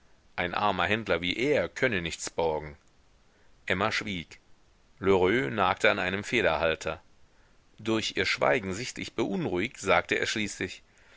ein armer händler wie er könne nichts borgen emma schwieg lheureux nagte an einem federhalter durch ihr schweigen sichtlich beunruhigt sagte er schließlich